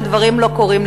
שהדברים לא קורים,